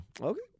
Okay